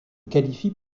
qualifient